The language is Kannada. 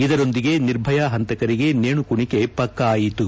ಇದರೊಂದಿಗೆ ನಿರ್ಭಯಾ ಹಂತಕರಿಗೆ ನೇಣು ಕುಣಿಕೆ ಪಕ್ಕಾ ಆಯಿತು